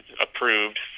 approved